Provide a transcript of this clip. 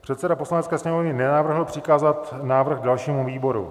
Předseda Poslanecké sněmovny nenavrhl přikázat návrh dalšímu výboru.